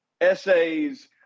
essays